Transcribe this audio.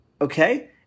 Okay